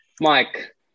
Mike